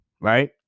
Right